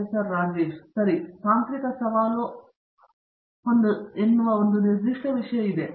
professor Rajesh Kumar ಸರಿ ತಾಂತ್ರಿಕ ಸವಾಲು ಆಗುವ ಒಂದು ನಿರ್ದಿಷ್ಟ ವಿಷಯ ಇದೆ